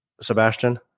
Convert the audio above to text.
Sebastian